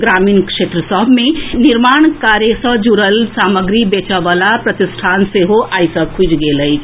ग्रामीण क्षेत्र सभ मे निर्माण कार्य सँ जुड़ल सामग्री बेचए वला प्रतिष्ठान सेहो आइ सँ खुजि गेल अछि